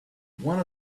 one